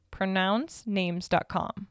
Pronouncenames.com